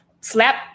slap